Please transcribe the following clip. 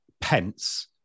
pence